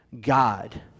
God